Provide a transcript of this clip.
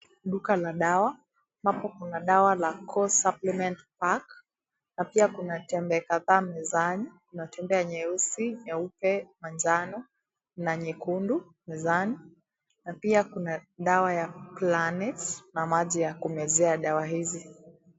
Duka la dawa. Hapo kuna dawa la Cosupplement park. Na pia kuna tembe kadhaa mezani, kuna tembe nyeusi, nyeupe, manjano na nyekundu mezani. Na pia kuna dawa ya Planex na maji ya kumezea dawa hizi.